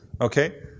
okay